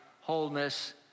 wholeness